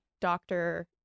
doctor